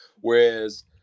whereas